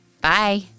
Bye